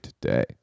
today